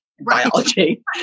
Biology